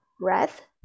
breath